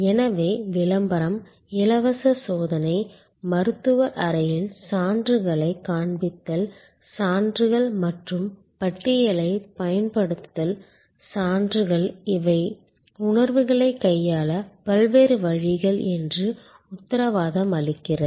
எனவே விளம்பரம் இலவச சோதனை மருத்துவர் அறையில் சான்றுகளைக் காண்பித்தல் சான்றுகள் மற்றும் பட்டியலைப் பயன்படுத்துதல் சான்றுகள் இவை உணர்வுகளைக் கையாள பல்வேறு வழிகள் என்று உத்தரவாதம் அளிக்கிறது